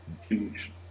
Huge